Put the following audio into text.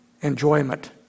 enjoyment